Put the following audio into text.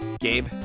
Gabe